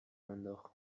انداخت